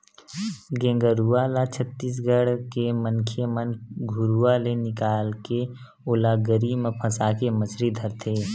गेंगरूआ ल छत्तीसगढ़ के मनखे मन घुरुवा ले निकाले के ओला गरी म फंसाके मछरी धरथे